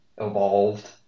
evolved